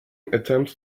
attempts